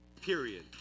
period